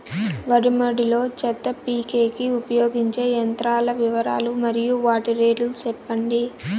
వరి మడి లో చెత్త పీకేకి ఉపయోగించే యంత్రాల వివరాలు మరియు వాటి రేట్లు చెప్పండి?